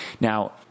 Now